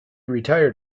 retired